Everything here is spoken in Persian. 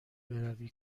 بروی